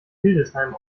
hildesheim